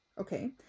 Okay